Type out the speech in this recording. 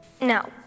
No